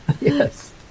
Yes